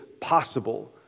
possible